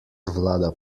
vlada